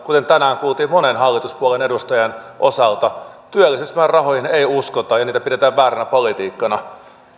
kuten tänään kuultiin monen hallituspuolueen edustajan osalta työllisyysmäärärahoihin ei uskota ja niitä pidetään vääränä politiikkana